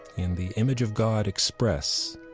in the image of god express.